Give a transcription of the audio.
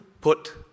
put